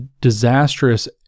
disastrous